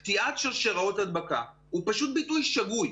קטיעת שרשראות הדבקה הוא פשוט ביטוי שגוי.